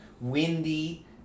windy